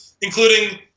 including